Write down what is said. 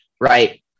right